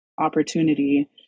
opportunity